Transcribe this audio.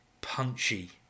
punchy